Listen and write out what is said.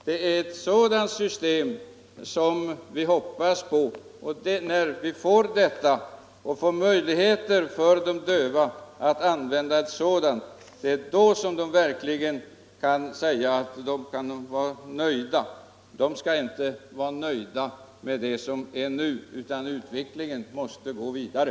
Det är ett sådant system som vi hoppas på, och när vi får det och ger möjligheter för de döva att använda det, då kan de verkligen vara nöjda. De skall inte vara nöjda med det som är nu, utan utvecklingen måste gå vidare.